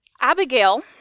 Abigail